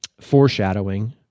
foreshadowing